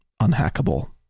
unhackable